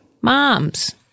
moms